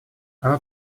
оно